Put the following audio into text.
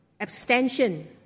abstention